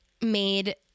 made